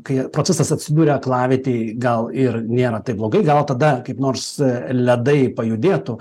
kai procesas atsiduria aklavietėj gal ir nėra taip blogai gal tada kaip nors ledai pajudėtų